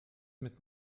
mit